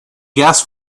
gas